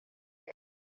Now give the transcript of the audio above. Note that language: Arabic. إلى